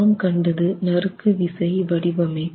நாம் கண்டது நறுக்குவிசை வடிவமைப்பு